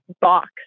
box